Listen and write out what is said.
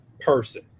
person